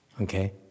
Okay